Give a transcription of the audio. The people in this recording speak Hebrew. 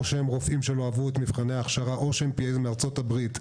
או שהם רופאים שלא עברו את מבחני ההכשרה או שהם הגיעו לארצות הברית,